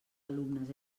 alumnes